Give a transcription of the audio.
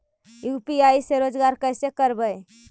UPI से रोजगार कैसे करबय?